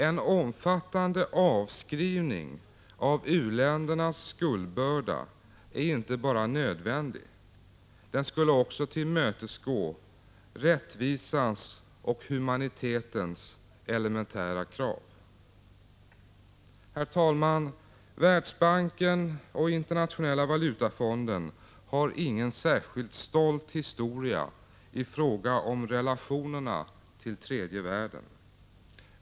En omfattande avskrivning av u-ländernas skuldbörda är inte bara nödvändig — den skulle också tillmötesgå rättvisans och humanitetens elementära krav. Herr talman! Världsbanken och Internationella valutafonden har ingen särskilt stolt historia i fråga om relationerna till tredje världen.